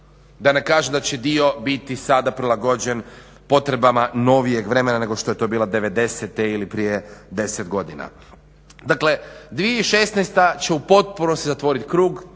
da ne kažem da će dio biti sada prilagođen potrebama novijeg vremena nego što je to bilo 90-te ili prije deset godina. Dakle, 2016.će u potpunosti zatvoriti krug